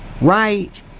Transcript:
right